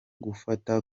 gufata